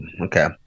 okay